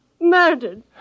Murdered